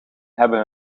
hebben